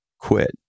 quit